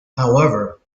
however